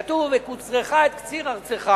כתוב: בקוצרך את קציר ארצך